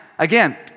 Again